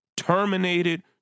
terminated